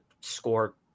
score